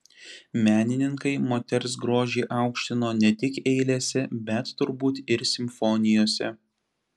menininkai moters grožį aukštino ne tik eilėse bet turbūt ir simfonijose